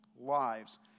lives